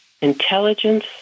intelligence